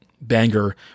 banger